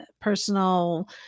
personal